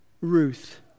Ruth